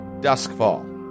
Duskfall